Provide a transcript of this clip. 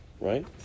right